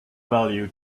value